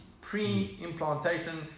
pre-implantation